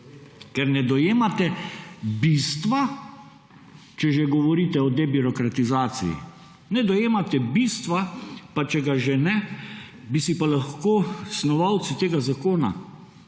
Ker ne dojemate bistva, če že govorite o debirokratizaciji. Ne dojemate bistva, pa če ga že ne, bi si pa lahko snovalci tega zakona